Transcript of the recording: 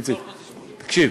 איציק, תקשיב.